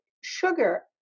sugar